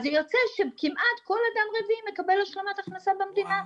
אז זה יוצא שכמעט כל אדם רביעי מקבל השלמת הכנסה מהמדינה.